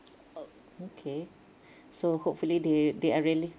okay so hopefully they they are really